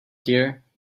here